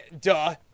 Duh